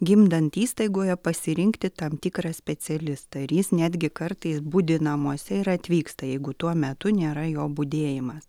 gimdant įstaigoje pasirinkti tam tikrą specialistą ir jis netgi kartais budi namuose ir atvyksta jeigu tuo metu nėra jo budėjimas